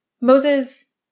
Moses